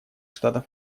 штатов